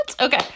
Okay